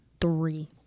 three